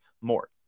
more